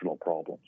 problems